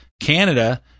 Canada